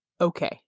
Okay